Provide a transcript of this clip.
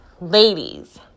Ladies